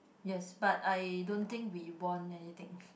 yes but I don't think we won anything